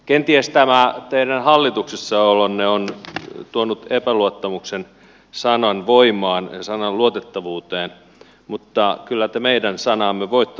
kenties tämä teidän hallituksessa olonne on tuonut epäluottamuksen sanan voimaan ja sanan luotettavuuteen mutta kyllä te meidän sanaamme voitte luottaa